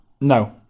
No